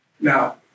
Now